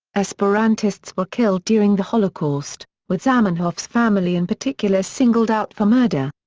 esperantists were killed during the holocaust, with zamenhof's family in particular singled out for murder.